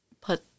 put